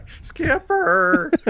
Skipper